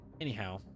anyhow